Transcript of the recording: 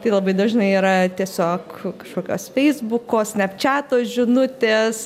tai labai dažnai yra tiesiog kažkokios feisbuko snapčiato žinutės